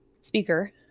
speaker